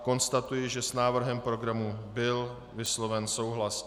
Konstatuji, že s návrhem programu byl vysloven souhlas.